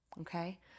okay